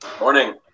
Morning